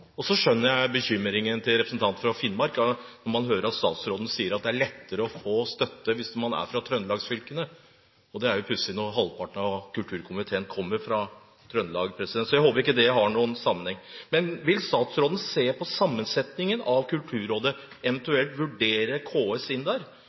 Så skjønner jeg bekymringen til representanten fra Finnmark når man hører at statsråden sier det er lettere å få støtte hvis man er fra trøndelagsfylkene. Det er jo pussig, når halvparten av kulturkomiteen kommer fra Trøndelag. Jeg håper ikke det har noen sammenheng. Vil statsråden se på sammensetningen av Kulturrådet